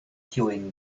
kiujn